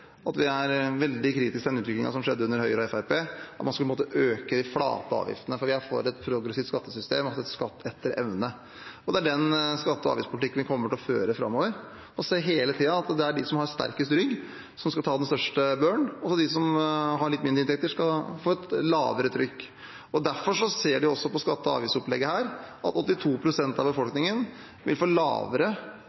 den utviklingen som skjedde under Høyre og Fremskrittspartiet, der man skulle øke de flate avgiftene. Vi er for et progressivt skattesystem, altså skatt etter evne. Det er den skatte- og avgiftspolitikken vi kommer til å føre framover – at det hele tiden er de som har sterkest rygg, som skal ta den største børen, og de som har litt mindre inntekter, skal få et lavere trykk. Derfor ser vi også på skatte- og avgiftsopplegget her at 82 pst. av